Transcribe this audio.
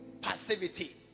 passivity